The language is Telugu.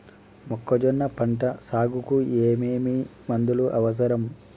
మొక్కజొన్న పంట సాగుకు ఏమేమి మందులు అవసరం?